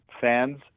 fans